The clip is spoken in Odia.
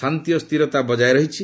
ଶାନ୍ତି ଓ ସ୍ଥିରତା ବଜାୟ ରହିଛି